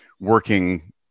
working